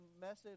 message